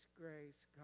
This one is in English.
grace